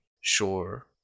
sure